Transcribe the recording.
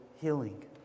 healing